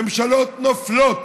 ממשלות נופלות,